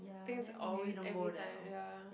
think is always every time ya